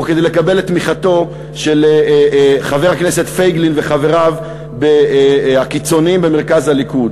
או כדי לקבל את תמיכת חבר הכנסת פייגלין וחבריו הקיצונים במרכז הליכוד,